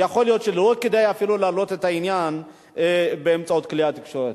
יכול להיות שלא כדאי אפילו להעלות את העניין באמצעות כלי התקשורת.